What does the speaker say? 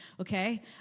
okay